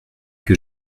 que